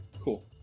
cool